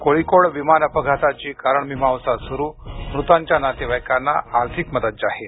कोळीकोड विमान अपघाताची कारण मीमांसा सुरु मृतांच्या नातेवाईकांना आर्थिक मदत जाहीर